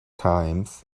times